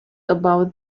about